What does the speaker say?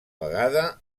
vegada